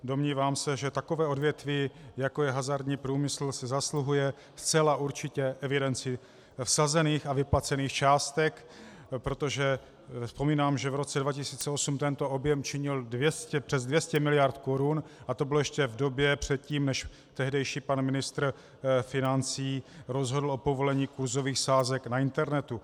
Domnívám se, že takové odvětví, jako je hazardní průmysl, si zasluhuje zcela určitě evidenci vsazených a vyplacených částek, protože vzpomínám, že v roce 2008 tento objem činil přes 200 mld. korun, a to bylo ještě v době předtím, než tehdejší pan ministr financí rozhodl o povolení kurzových sázek na internetu.